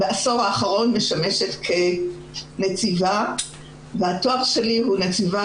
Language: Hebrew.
בעשור האחרון אני משמשת כנציבה והתואר שלי הוא נציבה